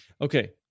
Okay